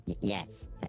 Yes